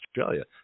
australia